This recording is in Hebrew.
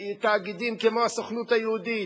תאגידים כמו הסוכנות היהודית,